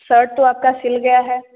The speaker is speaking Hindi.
सर्ट तो आपका सिल गया है